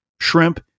shrimp